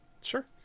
sure